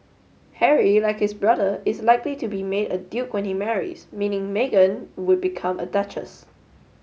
Harry like his brother is likely to be made a duke when he marries meaning Meghan would become a duchess